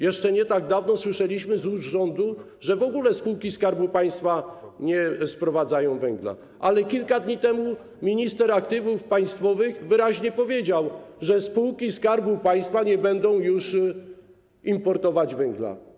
Jeszcze nie tak dawno słyszeliśmy z ust przedstawicieli rządu, że w ogóle spółki Skarbu Państwa nie sprowadzają węgla, ale kilka dni temu minister aktywów państwowych wyraźnie powiedział, że spółki Skarbu Państwa nie będą już importować węgla.